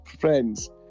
friends